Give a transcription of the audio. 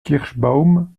kirschbaum